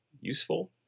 useful